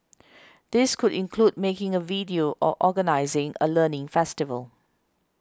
these could include making a video or organising a learning festival